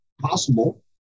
possible